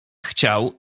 chciał